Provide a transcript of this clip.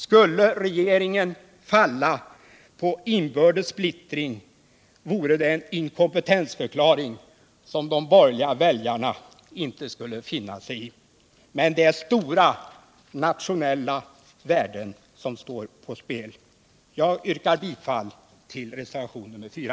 Skulle regeringen falla på inbördes splittring vore det en inkompetensförklaring som de borgerliga väljarna inte skulle finna sig i. Men det är stora nationella värden som står på spel. Jag yrkar bifall till reservationen 4.